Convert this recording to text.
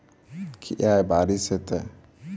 की आय बारिश हेतै?